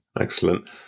Excellent